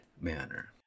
manner